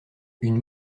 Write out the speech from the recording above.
une